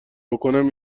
بکنم